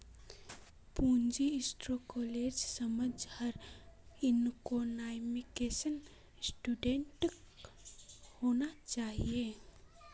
पूंजी स्ट्रक्चरेर समझ हर इकोनॉमिक्सेर स्टूडेंटक होना चाहिए